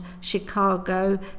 Chicago